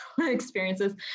experiences